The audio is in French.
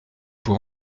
pour